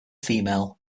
female